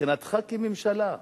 מבחינתך כממשלה,